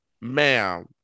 ma'am